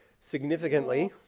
significantly